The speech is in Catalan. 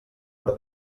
per